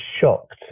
shocked